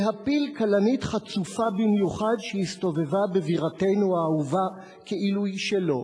להפיל "כלנית" חצופה במיוחד שהסתובבה בבירתנו האהובה כאילו היא שלו.